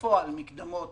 בפועל מקדמות